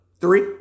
Three